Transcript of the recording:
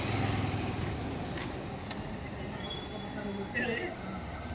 north Indian ಊಟದಾಗ kidney ಬೇನ್ಸ್ನಿಂದ ರಾಜ್ಮಾ ಅನ್ನೋ ಪಲ್ಯ ಮಾಡ್ತಾರ ಇದು ಬಾಳ ಫೇಮಸ್ ಆಗೇತಿ